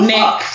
Nick